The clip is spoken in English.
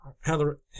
Heather